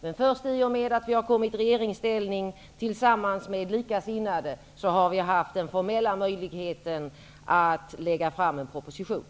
Men först i och med att vi har kommit i regeringsställning tillsammans med likasinnade har vi haft den formella möjligheten att lägga fram en proposition.